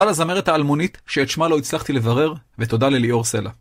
תודה הזמרת האלמונית, שאת שמה לא הצלחתי לברר, ותודה לליאור סלע.